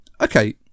okay